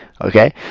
Okay